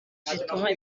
zituma